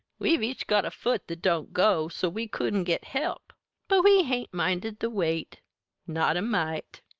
we've each got a foot that don't go, so we couldn't git help but we hain't minded the wait not a mite!